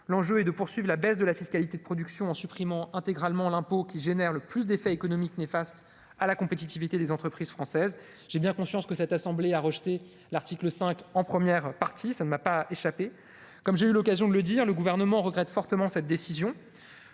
l'enjeu est de poursuivre la baisse de la fiscalité de production en supprimant intégralement l'impôt qui génère le plus d'effets économiques néfaste à la compétitivité des entreprises françaises, j'ai bien conscience que cette assemblée a rejeté l'article 5 en première partie, ça ne m'a pas échappé comme j'ai eu l'occasion de le dire le gouvernement regrette fortement cette décision,